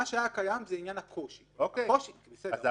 מה שהיה קיים זה עניין הקושי --- המצב החדש הוא הרחבה.